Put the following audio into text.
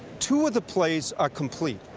two of the plays are complete.